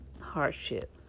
hardship